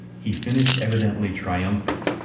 he finished evidently triumphant.